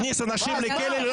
למזבלה?